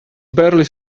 barely